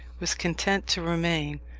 was content to remain,